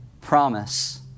promise